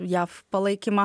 jav palaikymą